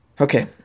Okay